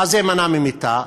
מה זה מנה ממיתה?